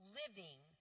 living